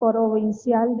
provincial